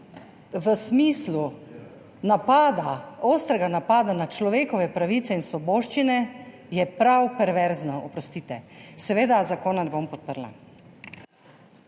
v smislu napada, ostrega napada na človekove pravice in svoboščine je prav perverzno, oprostite. Seveda zakona ne bom podprla.